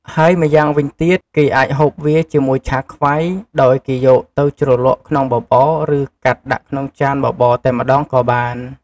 ហើយម្យ៉ាងវិញទៀតគេអាចហូបវាជាមួយឆាខ្វៃ ដោយគេយកទៅជ្រលក់ក្នុងបបរ ឬកាត់ដាក់ក្នុងចានបបរតែម្តងក៏បាន។